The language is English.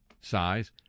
size